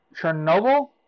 Chernobyl